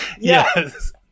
Yes